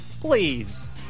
Please